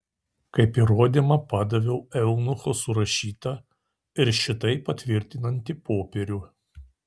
kaip įrodymą padaviau eunucho surašytą ir šitai patvirtinantį popierių